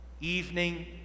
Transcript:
evening